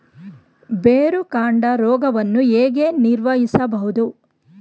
ಬೇರುಕಾಂಡ ರೋಗವನ್ನು ಹೇಗೆ ನಿರ್ವಹಿಸಬಹುದು?